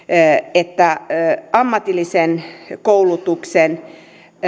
että ammatillisen koulutuksen